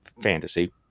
fantasy